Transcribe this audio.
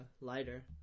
lighter